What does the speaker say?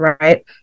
right